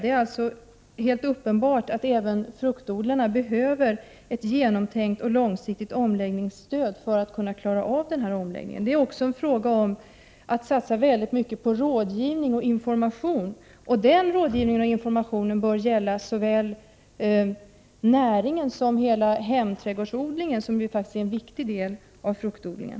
Det är alltså helt uppenbart att även fruktodlarna behöver ett genomtänkt och långsiktigt omläggningsstöd för att klara omläggningen. Det är också fråga om att satsa mycket på rådgivning och information, och det bör gälla såväl näringen som hela hemträdgårdsodlingen, som är en viktig del av fruktodlingen.